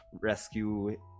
rescue